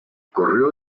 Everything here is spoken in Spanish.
corrió